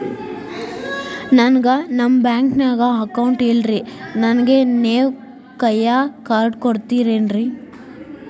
ನನ್ಗ ನಮ್ ಬ್ಯಾಂಕಿನ್ಯಾಗ ಅಕೌಂಟ್ ಇಲ್ರಿ, ನನ್ಗೆ ನೇವ್ ಕೈಯ ಕಾರ್ಡ್ ಕೊಡ್ತಿರೇನ್ರಿ?